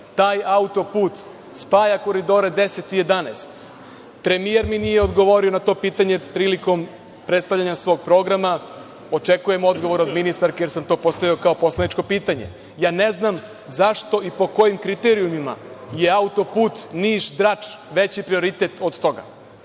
Taj auto-put spaja Koridore 10 i 11.Premijer mi nije odgovorio na to pitanje prilikom predstavljanja svog programa. Očekujem odgovor od ministarke, jer sam to postavio kao poslaničko pitanje. Ne znam zašto i po kojim kriterijumima je auto-put Niš-Drač veći prioritet od toga?